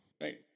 Right